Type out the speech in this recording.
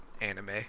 anime